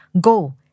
Go